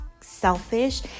selfish